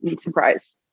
surprise